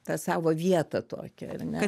tą savo vietą tokią ar ne